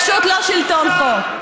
זה פשוט לא שלטון חוק.